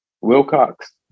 Wilcox